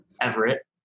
Everett